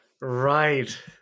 Right